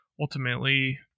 ultimately